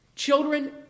Children